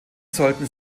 sollten